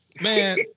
man